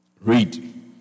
Read